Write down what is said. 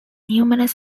numerous